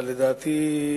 אבל לדעתי,